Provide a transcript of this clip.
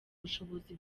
bushobozi